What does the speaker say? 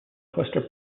custer